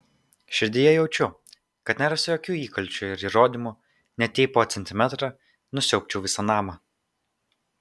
širdyje jaučiu kad nerasiu jokių įkalčių ir įrodymų net jei po centimetrą nusiaubčiau visą namą